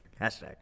Hashtag